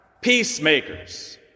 Peacemakers